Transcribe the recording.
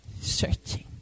Searching